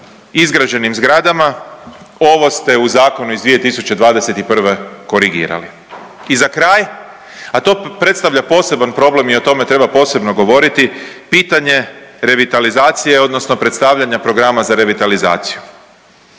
izgrađenim zgradama ovo ste u zakonu iz 2021. korigirali. I za kraj, a to predstavlja poseban problem i o tome treba posebno govoriti, pitanje revitalizacije odnosno predstavljanja programa za revitalizaciju.